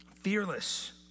fearless